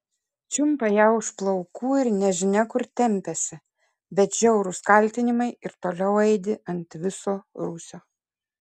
čiumpa ją už plaukų ir nežinia kur tempiasi bet žiaurūs kaltinimai ir toliau aidi ant viso rūsio